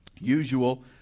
usual